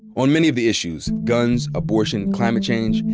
on many of the issues, guns, abortion, climate change,